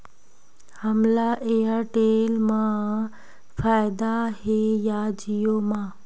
हमला एयरटेल मा फ़ायदा हे या जिओ मा?